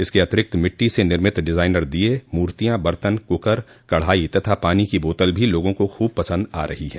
इसके अतिरिक्त मिटट्ी से निर्मित डिजाइनर दिये मूर्तियां बर्तन कुकर कढ़ाई तथा पानी की बोतल भी लोगों को खूब पसंद आ रही है